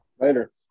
Later